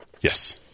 Yes